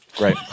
right